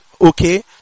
Okay